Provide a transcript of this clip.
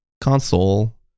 console